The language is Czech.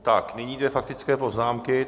Tak nyní dvě faktické poznámky.